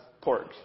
pork